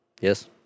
Yes